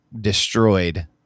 destroyed